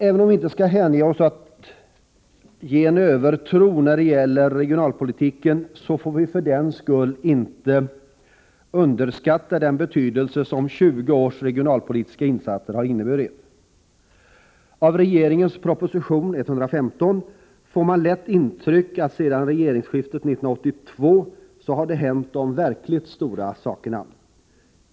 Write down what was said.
Även om vi inte skall hänge oss åt någon övertro när det gäller regionalpolitiken, får vi för den skull inte underskatta den betydelse som 20 års regionalpolitiska insatser har inneburit. Av regeringens proposition 115 får man lätt intrycket att det sedan regeringsskiftet 1982 har hänt verkligt stora saker.